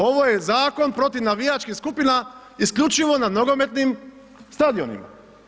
Ovo je zakon protiv navijačkih skupina isključivo na nogometnim stadionima.